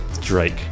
Drake